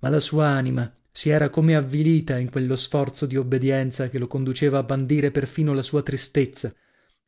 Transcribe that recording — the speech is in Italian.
ma la sua anima si era come avvilita in quello sforzo di obbedienza che lo conduceva a bandire perfino la sua tristezza